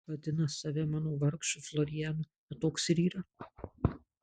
vadina save mano vargšu florianu na toks ir yra